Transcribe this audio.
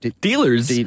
dealers